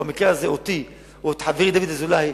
במקרה הזה אותי או את חברי דוד אזולאי.